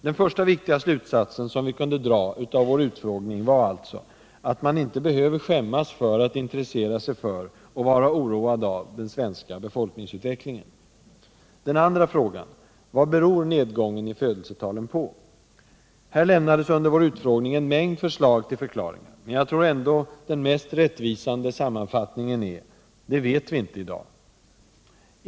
Den första viktiga slutsatsen som vi kunde dra av vår utfrågning var alltså att man inte behöver skämmas för att intressera sig för, och vara oroad av, den svenska befolkningsutvecklingen. Den andra frågan var: Vad beror nedgången i födelsetalen på? Här lämnades under vår utfrågning en mängd förslag till förklaringar, men jag tror ändå den mest rättvisande sammanfattningen är: Det vet vi inte i dag.